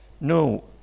No